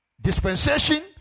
dispensation